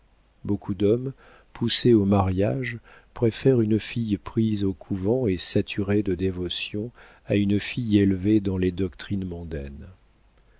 beaucoup d'hommes poussés au mariage préfèrent une fille prise au couvent et saturée de dévotion à une fille élevée dans les doctrines mondaines